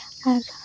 ᱟᱨ